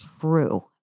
true